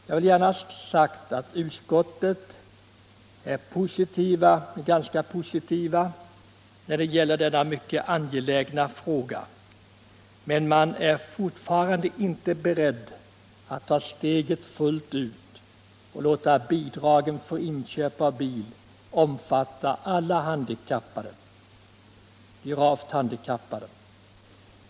Jag vill gärna ha sagt att utskottet är ganska positivt när det gäller denna mycket angelägna fråga, men man är fortfarande inte beredd att ta steget fullt ut och låta bidragen för inköp av bil omfatta alla gravt handikappade.